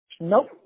Nope